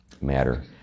matter